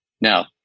Now